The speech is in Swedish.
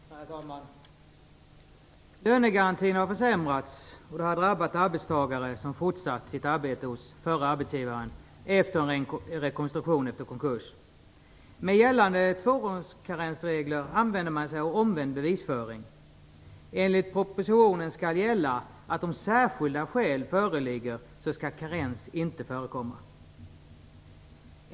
Herr talman! Lönegarantin har försämrats, och detta har drabbat arbetstagare som fortsatt sitt arbete hos den förre arbetsgivaren vid en rekonstruktion efter konkurs. I gällande fordringskarensregler används omvänd bevisföring. Enligt propositionen skall gälla att om särskilda skäl föreligger, skall karens inte förekomma.